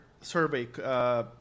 survey